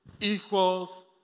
equals